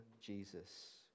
Jesus